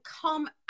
come